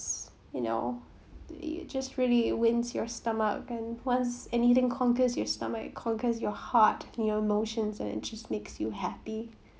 you know it just really wins your stomach and once anything conquers your stomach it conquers your heart your emotions and it just makes you happy